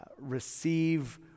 receive